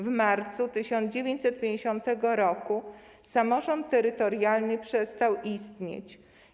W marcu 1950 r. samorząd terytorialny przestał istnieć.